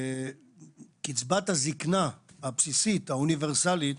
קצבת הזקנה הבסיסית, האוניברסלית,